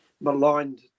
maligned